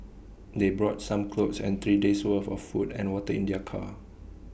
they brought some clothes and three days' worth of food and water in their car